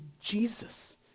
Jesus